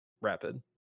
rapid